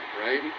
right